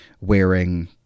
wearing